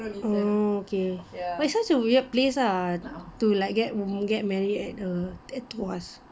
oh okay but it such a weird place lah to like get a get married at uh at tuas